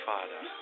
Father